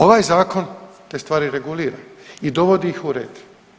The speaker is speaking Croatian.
Ovaj zakon te stvari regulira i dovodi ih u red.